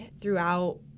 throughout